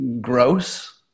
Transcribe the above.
gross